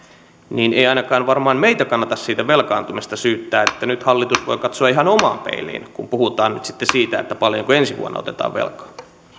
niin että ei varmaan ainakaan meitä kannata siitä velkaantumisesta syyttää nyt hallitus voi katsoa ihan omaan peiliin kun puhutaan siitä paljonko ensi vuonna otetaan velkaa